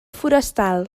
forestal